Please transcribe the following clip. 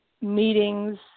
meetings